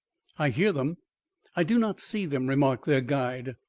i hear them i do not see them, remarked their guide.